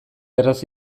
erraz